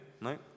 No